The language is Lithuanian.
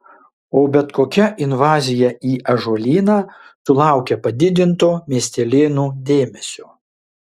o bet kokia invazija į ąžuolyną sulaukia padidinto miestelėnų dėmesio